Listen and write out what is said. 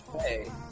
Hey